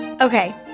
Okay